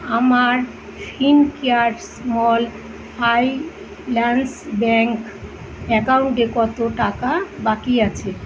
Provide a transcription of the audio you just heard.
আমার Fincare small finance bank অ্যাকাউন্টে কত টাকা বাকি আছে